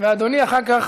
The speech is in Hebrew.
ואדוני אחר כך.